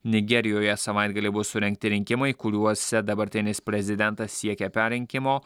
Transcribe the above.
nigerijoje savaitgalį bus surengti rinkimai kuriuose dabartinis prezidentas siekia perrinkimo